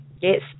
Yes